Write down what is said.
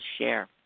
share